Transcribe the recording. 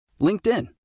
LinkedIn